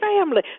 family